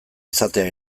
izatea